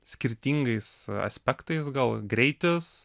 skirtingais aspektais gal greitis